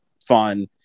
fun